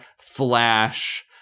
flash